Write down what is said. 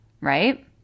right